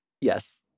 Yes